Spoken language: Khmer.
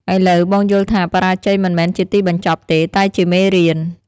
ឥឡូវបងយល់ថា បរាជ័យមិនមែនជាទីបញ្ចប់ទេ តែជាមេរៀន។